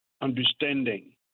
understanding